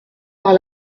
par